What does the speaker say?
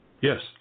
Yes